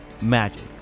magic